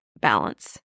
balance